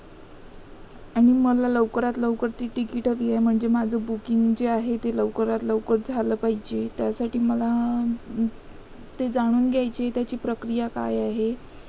आणि मला लवकरात लवकर ती तिकीट हवी आहे म्हणजे माझं बुकिंग जे आहे ते लवकरात लवकर झालं पाहिजे त्यासाठी मला ते जाणून घ्यायची आहे त्याची प्रक्रिया काय आहे